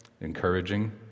encouraging